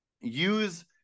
use